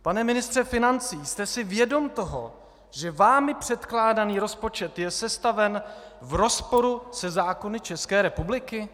Pan ministře financí, jste si vědom toho, že vámi předkládaný rozpočet je sestaven v rozporu se zákony České republiky?